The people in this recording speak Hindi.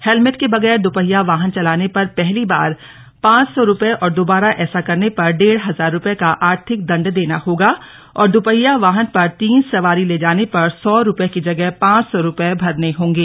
हेलमैट के बगैर दोपहिया वाहन चलाने पर पहली बार पांच सौ रुपये और दोबारा ऐसा करने पर डेढ़ हजार रुपये का आर्थिक दंड देना होगा और दपहिया वाहन पर तीन सवारी ले जाने पर सौ रुपये की जगह पांच सौ रुपये भरने होंगे